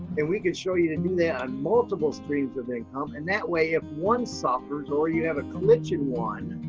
and we can show you to do that on multiple streams of income, and that way if one suffers or you have a glitch in one,